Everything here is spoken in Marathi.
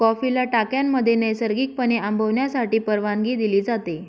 कॉफीला टाक्यांमध्ये नैसर्गिकपणे आंबवण्यासाठी परवानगी दिली जाते